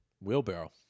Wheelbarrow